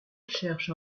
cherche